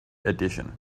edition